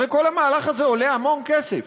הרי כל המהלך הזה עולה המון כסף,